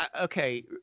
okay